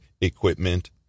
equipment